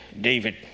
David